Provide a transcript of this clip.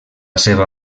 seva